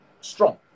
strong